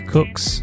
Cooks